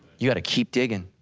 you gotta keep digging.